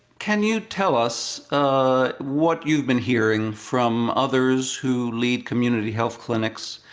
can you tell us what you've been hearing from others who lead community health clinics?